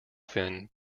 fin